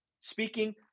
speaking